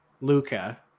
luca